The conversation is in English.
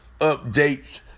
updates